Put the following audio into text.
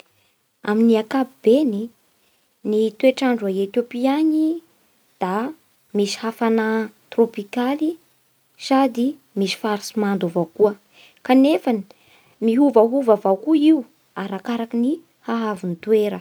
Amin'ny ankapobeny, ny toetr'andro a Etopia any da misy hafanà trôpikaly sady misy faritsy mando avao koa. Kanefany miovaova avao koa io arakaraky ny ahavon'ny toera.